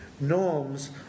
norms